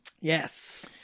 Yes